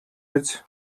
биз